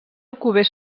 alcover